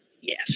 Yes